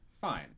fine